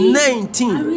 nineteen